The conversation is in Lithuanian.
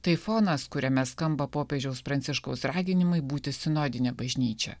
tai fonas kuriame skamba popiežiaus pranciškaus raginimai būti sinodinė bažnyčia